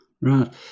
Right